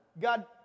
God